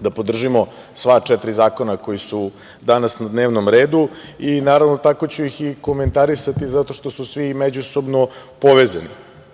da podržimo sva četiri zakona koji su danas na dnevnom redu i naravno tako ću ih i komentarisati zato što su svi međusobno povezani. Ono